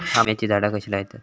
आम्याची झाडा कशी लयतत?